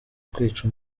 kwica